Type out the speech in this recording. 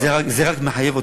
זה רק מחייב אותנו,